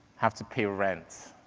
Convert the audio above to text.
have to pay rent,